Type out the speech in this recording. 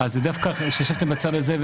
דווקא כשישבתם בצד הזה,